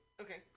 Okay